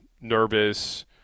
nervous